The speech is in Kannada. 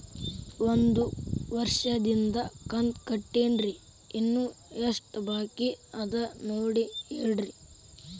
ಒಂದು ವರ್ಷದಿಂದ ಕಂತ ಕಟ್ಟೇನ್ರಿ ಇನ್ನು ಎಷ್ಟ ಬಾಕಿ ಅದ ನೋಡಿ ಹೇಳ್ರಿ